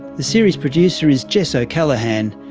the series producer is jess o'callaghan,